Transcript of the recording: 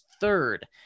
third